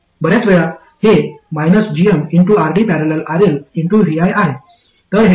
बर्याच वेळा हे -gmRD।।RLvi आहे